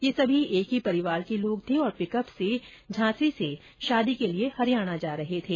ये सभी एक ही परिवार के लोग थे और पिकअप र्स झांसी से शादी के लिए हरियाणा जा रहे थे